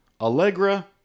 Allegra